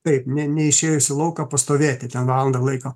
taip ne neišėjus į lauką pastovėti ten valandą laiko